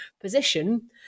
position